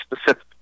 specific